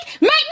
make